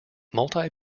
multi